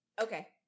Okay